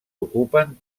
ocupen